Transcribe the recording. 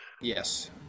yes